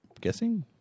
guessing